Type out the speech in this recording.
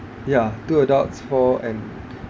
ya two adults four and